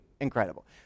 Incredible